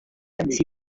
ati